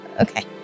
okay